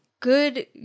Good